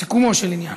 בסיכומו של עניין.